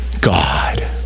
God